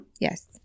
Yes